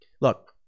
Look